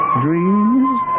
dreams